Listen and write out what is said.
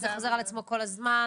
זה חוזר על עצמו כל הזמן.